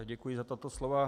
Děkuji za tato slova.